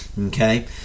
Okay